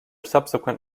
subsequent